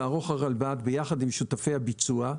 תערוך הלרב"ד ביחד עם שותפי הביצוע,